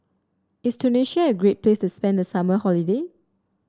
is Tunisia a great place spend summer holiday